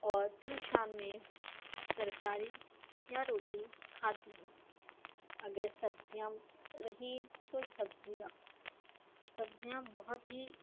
اور پھر شام میں ترکاری یا روٹی کھاتی ہوں اگر سبزیاں رہیں تو سبزیاں سبزیاں بہت ہی